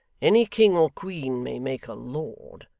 any king or queen may make a lord,